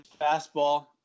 fastball